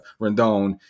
Rendon